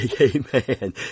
amen